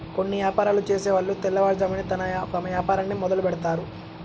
కొన్ని యాపారాలు చేసేవాళ్ళు తెల్లవారుజామునే తమ వ్యాపారాన్ని మొదలుబెడ్తారు